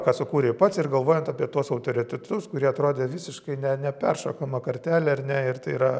ką sukūrei pats ir galvojant apie tuos autoritetus kurie atrodė visiškai ne neperšokama kartelė ar ne ir tai yra